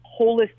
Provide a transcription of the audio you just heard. holistic